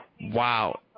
Wow